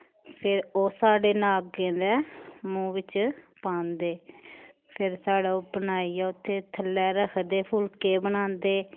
फिर ओह् साढ़े नागैं दे मूंह् बिच्च पांदे फिर साढ़ै ओह् बनाइयै उत्थें थल्लै रखदे फुल्के बनांदे